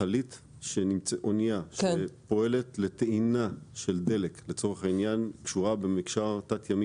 אנייה שפועלת לטעינת דלק קשורה במקשר תת-ימי